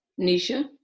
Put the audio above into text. Nisha